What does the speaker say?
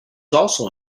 also